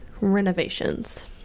renovations